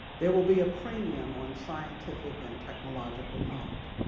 there will be a premium on scientific and technological knowledge.